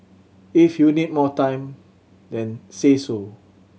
if you need more time then say so